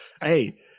hey